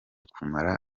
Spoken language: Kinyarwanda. kumara